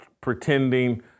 pretending